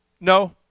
no